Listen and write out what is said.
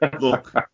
Look